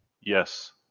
Yes